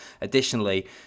additionally